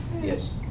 Yes